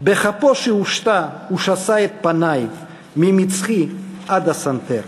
/ בכפו שהושטה הוא שיסע את פני / ממצחי עד הסנטר...